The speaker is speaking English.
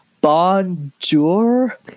bonjour